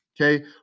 Okay